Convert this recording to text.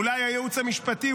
אולי הייעוץ המשפטי,